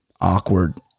awkward